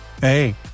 Hey